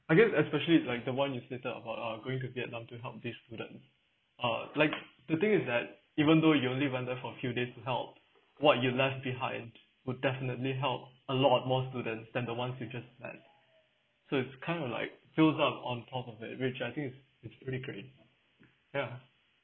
I guess especially like the one you stated about uh going to vietnam to help this student uh like the thing is that even though you only went there for a few days to help what you've left behind would definitely help a lot more students then the ones you just like so it's kind of like fills up on top of it which I think is is really pretty ya